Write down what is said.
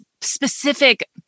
specific